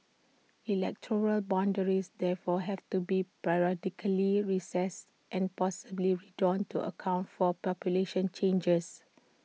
electoral boundaries therefore have to be periodically reassessed and possibly redrawn to account for population changes